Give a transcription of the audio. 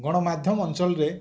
ଗଣମାଧ୍ୟମ ଅଞ୍ଚଲରେ